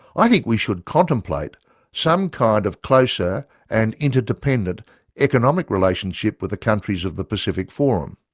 i think we should contemplate some kind of closer and interdependent economic relationship with the countries of the pacific forum.